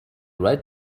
right